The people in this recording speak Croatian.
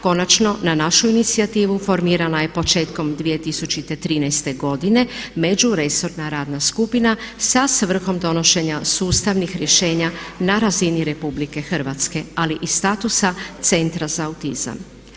Konačno na našu inicijativu formirala je početkom 2013. godine Međuresorna radna skupina sa svrhom donošenja sustavnih rješenja na razini Republike Hrvatske, ali i statusa Centra za autizam.